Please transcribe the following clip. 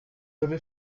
avez